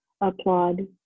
applaud